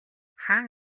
хаан